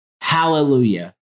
Hallelujah